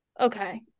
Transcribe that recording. Okay